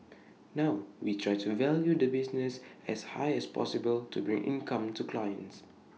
now we try to value the business as high as possible to bring income to clients